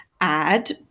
add